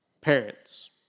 Parents